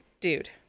dude